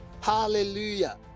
hallelujah